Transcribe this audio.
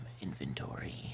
Inventory